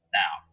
now